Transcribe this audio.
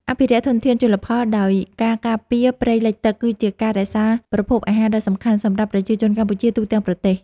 អភិរក្សធនធានជលផលដោយការការពារព្រៃលិចទឹកគឺជាការរក្សាប្រភពអាហារដ៏សំខាន់សម្រាប់ប្រជាជនកម្ពុជាទូទាំងប្រទេស។